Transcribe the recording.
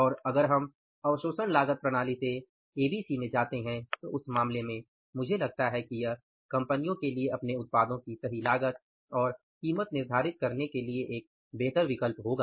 और अगर हम अवशोषण लागत प्रणाली से एबीसी में जाते हैं तो उस मामले में मुझे लगता है कि यह कंपनियों के लिए अपने उत्पादों की सही लागत और कीमत निर्धारित करने के लिए एक बेहतर विकल्प होगा